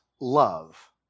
love